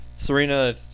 Serena